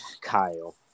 Kyle